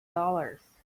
dollars